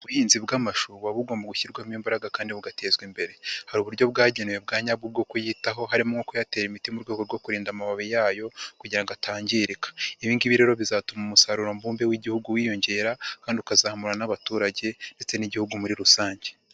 Ubuhinzi bw'amashuba bugomba gushyirwamo imbaraga kandi bugatezwa imbere, hari uburyo bwagenewe bwa nyabwo bwo kuyitaho harimo nko kuyatera imiti mu rwego rwo kurinda amababi yayo kugira ngo atangirika, ibingibi rero bizatuma umusaruro bumbe w'igihugu wiyongera kandi ukazamura n'abaturage ndetse n'igihugu muri rusange.